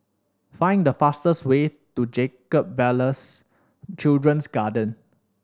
find the fastest way to Jacob Ballas Children's Garden